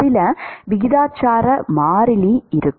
சில விகிதாசார மாறிலி இருக்கும்